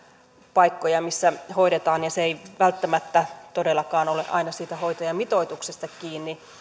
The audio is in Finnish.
paikkoja missä hoidetaan ja se ei välttämättä todellakaan ole aina siitä hoitajamitoituksesta kiinni